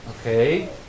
Okay